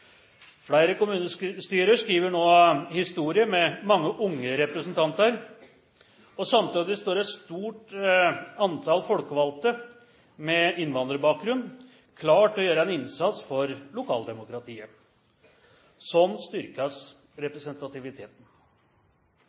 Flere kommunestyrer skriver nå historie med mange unge representanter. Samtidig står et stort antall folkevalgte med innvandrerbakgrunn klar til å gjøre en innsats for lokaldemokratiet. Slik styrkes representativiteten.